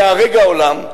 וייהרג העולם,